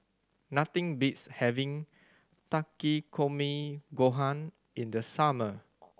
nothing beats having Takikomi Gohan in the summer